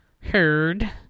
Heard